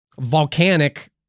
volcanic